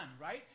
right